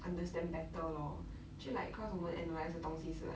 understand better lor 就 like cause 我们 analyse 的东西是 like